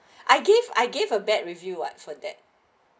I gave I gave a bad review what for that